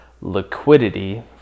liquidity